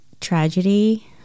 tragedy